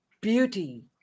beauty